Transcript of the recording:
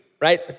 right